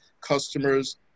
customers